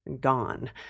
Gone